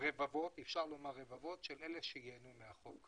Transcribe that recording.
רבבות שייהנו מהחוק.